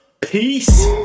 peace